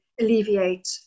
alleviate